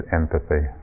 empathy